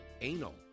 anal